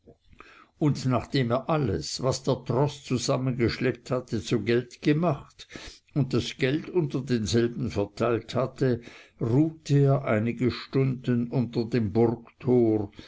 und nachdem er alles was der troß zusammengeschleppt hatte zu geld gemacht und das geld unter denselben verteilt hatte ruhete er einige stunden unter dem